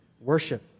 worship